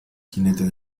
jinete